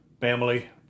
family